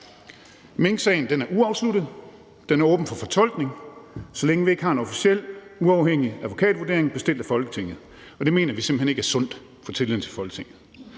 Minksagen er uafsluttet, og den er åben for fortolkning, så længe vi ikke har en officiel, uafhængig advokatvurdering bestilt af Folketinget. Det mener vi simpelt hen ikke er sundt for tilliden til Folketinget.